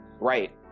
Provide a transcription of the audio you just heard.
Right